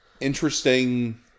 interesting